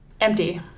empty